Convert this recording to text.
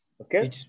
okay